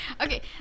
Okay